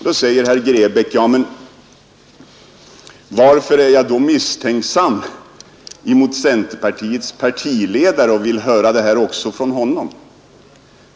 Då frågar herr Grebäck varför jag är misstänksam mot centerns partiledare och vill höra detta också från honom.